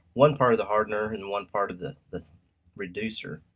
one part of the hardener, and one part of the the reducer.